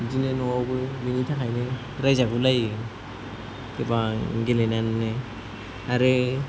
बिदिनो न'आवबो बिनि थाखायनो रायजागु लायो गोबां गेलेनानैनो आरो